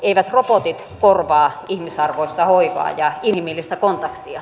eivät robotit korvaa ihmisarvoista hoivaa ja inhimillistä kontaktia